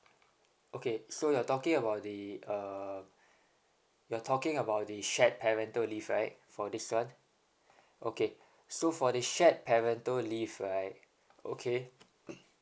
okay so you're talking about the err you're talking about the shared parental leave right for this one okay so for the shared parental leave right okay